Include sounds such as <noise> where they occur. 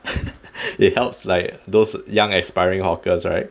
<breath> it helps like those young aspiring hawkers right